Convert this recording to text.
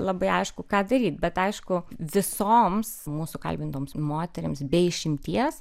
labai aišku ką daryt bet aišku visoms mūsų kalbintoms moterims be išimties